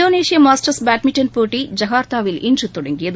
இந்தோனேசிய masters badminton போட்டி ஜகர்த்தாவில் இன்று தொடங்கியது